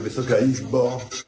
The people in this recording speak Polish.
Wysoka Izbo!